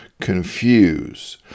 confuse